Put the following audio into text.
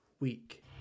week